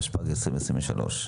התשפ"ג-2023.